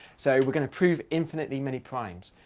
so we're going to prove infinitely many primes.